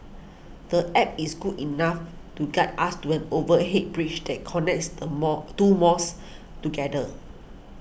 the App is good enough to guide us to an overhead bridge that connects the mall two malls together